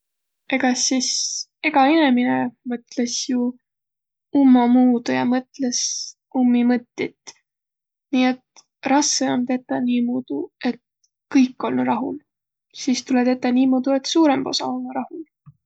Egaq sis egä inemine mõtlõs ju ummamuudu ja mõtlõs ummi mõttit. Nii et rassõ om tetäq nuumuudu, et kõik olnuq rahul. Sis tulõ tetäq niimoodu, et suurõmb osa om rahul.